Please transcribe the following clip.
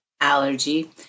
allergy